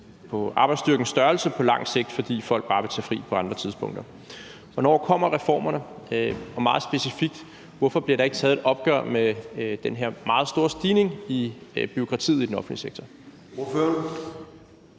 på arbejdsstyrkens størrelse på lang sigt, fordi folk bare vi tage fri på andre tidspunkter. Hvornår kommer reformerne? Og meget specifikt vil jeg spørge: Hvorfor bliver der ikke taget et opgør med den her meget store stigning i bureaukratiet i den offentlige sektor?